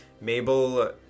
Mabel